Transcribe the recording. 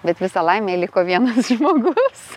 bet visa laimė liko vienas žmogus